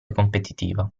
competitiva